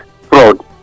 fraud